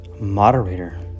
Moderator